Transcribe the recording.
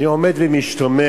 אני עומד ומשתומם,